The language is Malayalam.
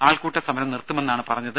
ആൾക്കൂട്ടസമരം നിർത്തുമെന്നാണ് പറഞ്ഞത്